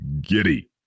giddy